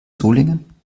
solingen